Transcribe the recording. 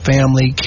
Family